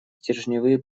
стержневые